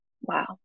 Wow